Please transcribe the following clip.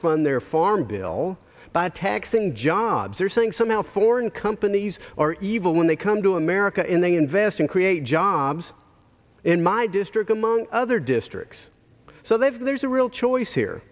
fund their farm bill by taxing jobs or saying somehow foreign companies are evil when they come to america and they invest and create jobs in my district among other districts so they've there's a real choice here